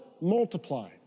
multiply